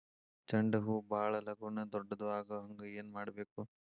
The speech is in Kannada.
ಚಂಡ ಹೂ ಭಾಳ ಲಗೂನ ದೊಡ್ಡದು ಆಗುಹಂಗ್ ಏನ್ ಮಾಡ್ಬೇಕು?